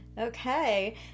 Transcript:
okay